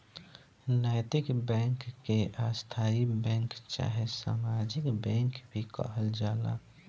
नैतिक बैंक के स्थायी बैंक चाहे सामाजिक बैंक भी कहल जाला